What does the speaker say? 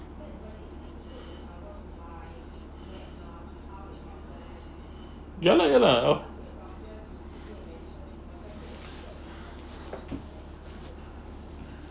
ya lah ya lah oh